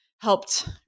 helped